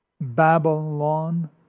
Babylon